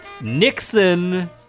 Nixon